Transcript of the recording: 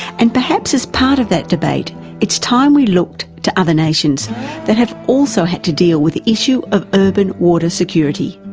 and perhaps as part of that debate it's time we looked to other nations that have also had to deal the issue of urban water security,